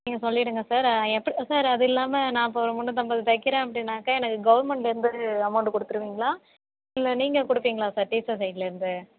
நீங்கள் சொல்லிடுங்கள் சார் எப்போ ஆ சார் அதுவும் இல்லாமல் நான் இப்போ ஒரு முன்னூத்தம்பது தைக்கிறேன் அப்படின்னாக்க எனக்கு கவுர்மெண்ட்லேருந்து அமௌண்ட் கொடுத்துருவிங்களா இல்லை நீங்கள் கொடுப்பீங்களா சார் டீச்சர் சைட்லேருந்து